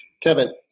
Kevin